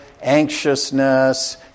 anxiousness